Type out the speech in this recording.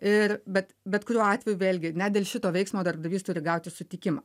ir bet bet kuriuo atveju vėlgi net dėl šito veiksmo darbdavys turi gauti sutikimą